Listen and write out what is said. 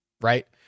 right